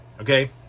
okay